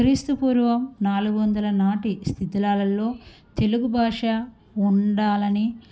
క్రీస్తుపూర్వం నాలుగు వందల నాటి శిథిలాలలో తెలుగు భాష ఉండాలని